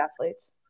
athletes